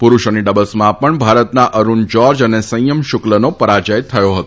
પુરૂષોની ડબલ્સમાં પણ ભારતના અરૂણ જ્યોર્જ અને સંયમ શુક્લનો પરાજય થયો હતો